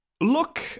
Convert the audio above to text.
look